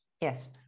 Yes